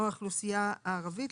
או האוכלוסיה הערבית,